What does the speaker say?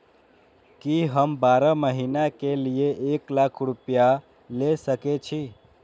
की हम बारह महीना के लिए एक लाख रूपया ले सके छी?